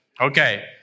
Okay